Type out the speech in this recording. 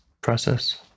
process